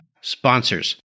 sponsors